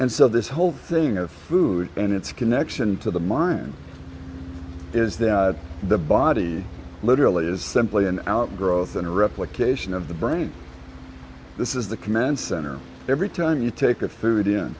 and so this whole thing of food and its connection to the mind is that the body literally is simply an outgrowth and replication of the brain this is the command center every time you take a f